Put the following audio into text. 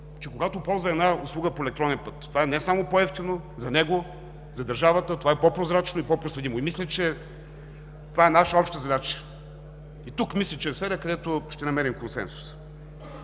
че, когато ползва една услуга по електронен път, това е не само по евтино за него и за държавата, а това е по-прозрачно и по-проследимо. Мисля, че това е наша обща задача. Това мисля, че е сфера, в която ще намерим консенсус.